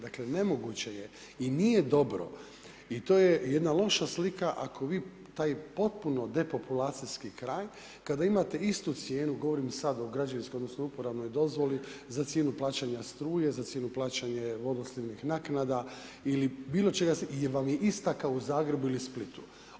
Dakle nemoguće je i nije dobro i to je jedna loša slika ako vi taj potpuno depopulacijski kraj kada imate istu cijenu govorimo sad o građevinskoj odnosno upravnoj dozvoli za cijenu plaćanja struje, za cijenu plaćanja odnosno vodoslivne naknada ili bilo čega jer vam je ista kao u Zagrebu ili Splitu.